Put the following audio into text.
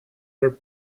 her